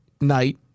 night